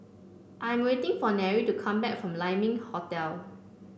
I am waiting for Nery to come back from Lai Ming Hotel